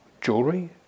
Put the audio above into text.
jewelry